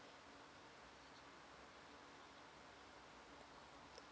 uh